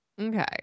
Okay